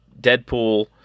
Deadpool